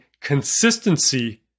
consistency